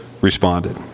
responded